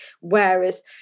whereas